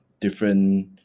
different